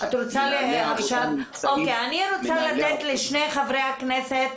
אתן לשני חברי הכנסת